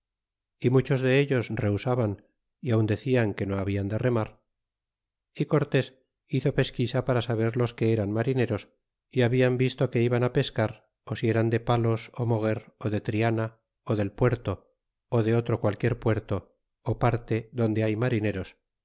y muchos de ellos rehusaban y aun decian que no hablan de remar y cortés hizo pesquisa para saber los que eran marineros y hablan visto quelban á pescar ó si eran de palos ó moguer ú de triana ú del puerto ú de otro qualquier puerto parte donde hay marineros